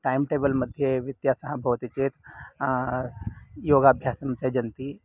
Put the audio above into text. टैम्टेबल्मध्ये व्यत्यासः भवति चेत् योगाभ्यासं त्यजन्ति